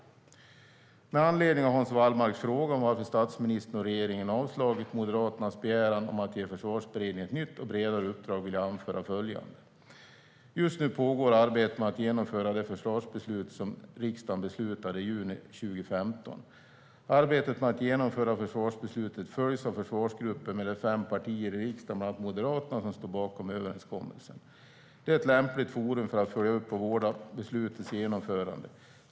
Med anledning av Hans Wallmarks fråga om varför statsministern och regeringen har avslagit Moderaternas begäran om att ge Försvarsberedningen ett nytt och bredare uppdrag vill jag anföra följande. Just nu pågår arbetet med att genomföra det försvarsbeslut som riksdagen fattade i juni 2015. Arbetet med att genomföra försvarsbeslutet följs av försvarsgruppen, med de fem partier i riksdagen som står bakom överenskommelsen, bland annat Moderaterna. Det är ett lämpligt forum för att följa upp och vårda beslutets genomförande.